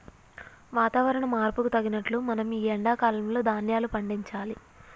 వాతవరణ మార్పుకు తగినట్లు మనం ఈ ఎండా కాలం లో ధ్యాన్యాలు పండించాలి